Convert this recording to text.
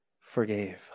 forgave